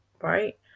right